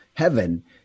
Heaven